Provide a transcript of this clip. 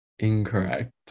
Incorrect